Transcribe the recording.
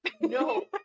No